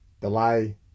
delay